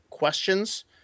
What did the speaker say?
Questions